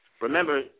Remember